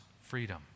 freedom